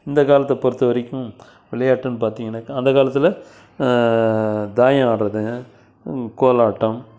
இந்தக் காலத்தை பொறுத்த வரைக்கும் விளையாட்டுன்னு பார்த்திங்கனாக்க அந்தக் காலத்தில் தாயம் ஆடுகிறது கோலாட்டம்